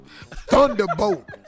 Thunderbolt